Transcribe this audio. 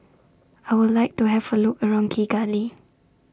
I Would like to Have A Look around Kigali